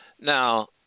Now